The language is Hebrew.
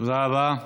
תודה רבה.